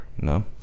No